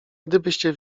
gdybyście